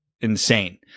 insane